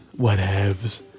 whatevs